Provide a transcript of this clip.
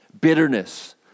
Bitterness